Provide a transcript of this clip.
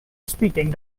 speaking